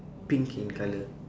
pink in colour